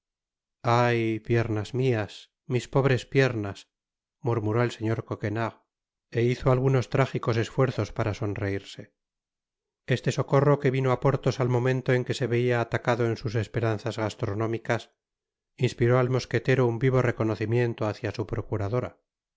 ay piernas mias mis pobres piernas murmuró el señor coquenard é hizo algunos trájicos esfuerzos para sonreirse este socorro que vino á porthos al momento en que se veia atacado en sus esperanzas gastronómicas inspiró al mosquetero un vivo reconocimiento hácia su procuradora